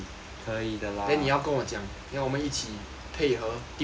then 你要跟我讲 then 我们一起配合 teamwork